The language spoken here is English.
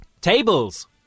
tables